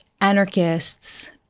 anarchists